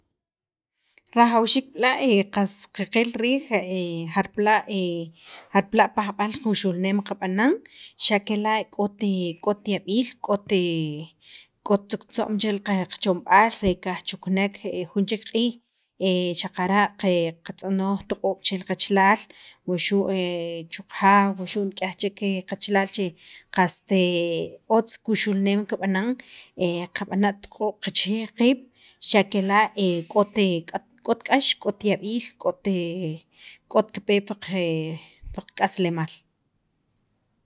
Rajawxiik b'la' qas qaqil riij jarpala' jarpala' pajb'al quxulneem qab'anan xa' kela' k'ot yab'iil k'ot tzuqtzo'n che li qachomb'aal re qajchukunek jun chek q'iij, xaqara' qatz'onoj toq'oob' chel qachalaal wuxu' chu qajaaw wuxu' nik'yaj chek qachalal che qaste otz kuxukneem kikb'ana' qab'ana' toq'oob' qaqchijij qiib' xa' kela' k'ot k'ot kipe pi qak'aslemaal.